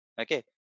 Okay